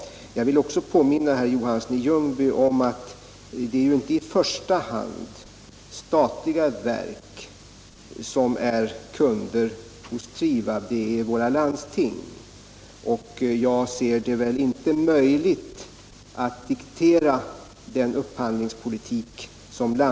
Jag vill också påminna herr Johansson i Ljungby om att det är inte i första hand statliga verk som är kunder hos Trivab, utan det är landstingen. Jag ser det inte som möjligt att diktera landstingens upphandlingspolitik.